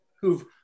who've